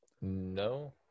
No